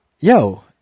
Yo